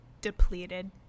depleted